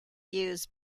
use